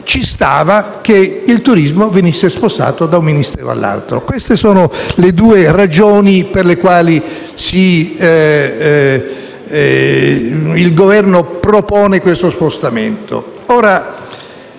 ci stava che il turismo venisse spostato da un Ministero all'altro. Queste sono le due ragioni per le quali il Governo propone questo spostamento.